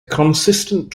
consistent